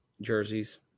jerseys